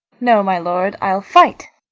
no, my lord, i'll fight.